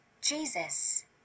Jesus